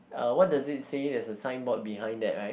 uh what does it say there's a signboard behind that right